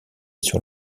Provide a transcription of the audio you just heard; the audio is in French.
sur